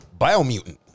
Biomutant